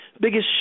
biggest